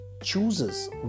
chooses